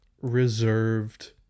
reserved